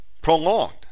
Prolonged